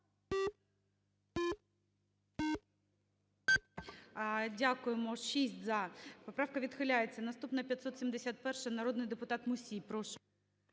Дякуємо. Поправка відхиляється. Наступна - 571-а. Народний депутат Мусій, прошу.